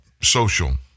social